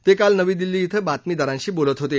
ते काल नवी दिल्ली धिं बातमीदारांशी बोलत होते